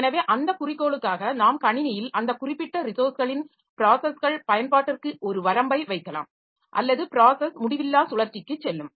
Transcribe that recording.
எனவே அந்த குறிக்கோளுக்காக நாம் கணினியில் அந்த குறிப்பிட்ட ரிசோர்ஸ்களின் ப்ராஸஸ்கள் பயன்பாட்டிற்கு ஒரு வரம்பை வைக்கலாம் அல்லது ப்ராஸஸ் முடிவில்லா சுழற்சிக்கு செல்லும்